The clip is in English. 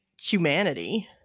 humanity